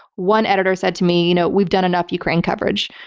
one editor said to me, you know, we've done enough ukraine coverage.